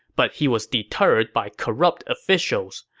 but he was deterred by corrupt officials.